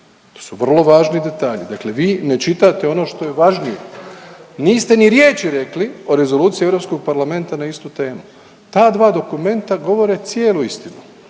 To su vrlo važni detalji, dakle vi ne čitate ono što je važnije. Niste ni riječi rekli o rezoluciji Europskog parlamenta na istu temu. Ta dva dokumenta govore cijelu istinu.